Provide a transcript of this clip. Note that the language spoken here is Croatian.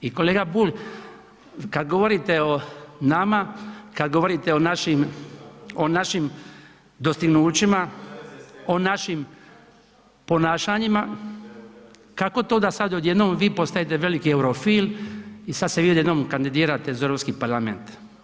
I kolega Bulj, kada govorite o nama, kada govorite o našim dostignućima, o našim ponašanjima kako to da sada odjednom vi postajete veliki eurofil i sada se vi odjednom kandidirate za Europski parlament?